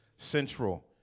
central